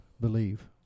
believe